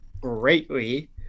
greatly